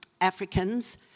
Africans